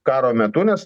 karo metu nes